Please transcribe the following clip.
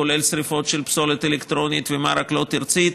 כולל שרפות של פסולת אלקטרונית ומה שרק לא תרצי.